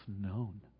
known